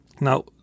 Now